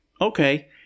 Okay